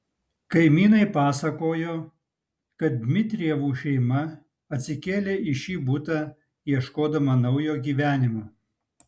kaimynai pasakojo kad dmitrijevų šeima atsikėlė į šį butą ieškodama naujo gyvenimo